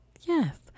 yes